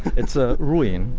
it's a ruin.